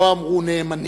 לא אמרו "נאמנים".